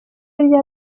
rya